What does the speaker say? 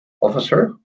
officer